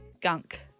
Gunk